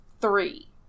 three